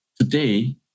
today